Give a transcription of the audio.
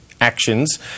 actions